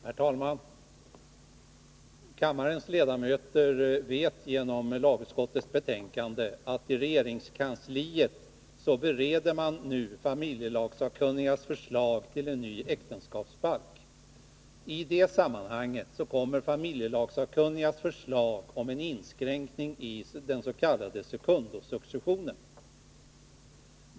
Herr talman! Kammarens ledamöter vet genom lagutskottets betänkande att man i regeringskansliet f. n. bereder familjelagssakkunnigas förslag till en ny äktenskapsbalk. I det sammanhanget kommer familjelagssakkunnigas förslag om en inskränkning i den s.k. sekundosuccessionen.